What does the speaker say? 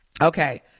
okay